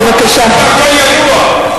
אמרת שהכול ידוע,